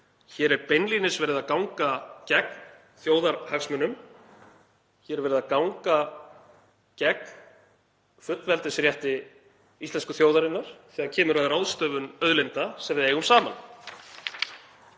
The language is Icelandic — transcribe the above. Hér er beinlínis verið að ganga gegn þjóðarhagsmunum. Hér er verið að ganga gegn fullveldisrétti íslensku þjóðarinnar þegar kemur að ráðstöfun auðlinda sem við eigum saman.